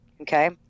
Okay